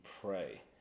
pray